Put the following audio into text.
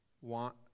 want